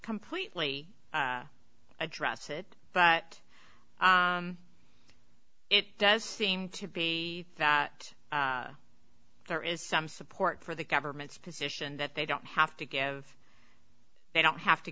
completely address it but it does seem to be that there is some support for the government's position that they don't have to give they don't have to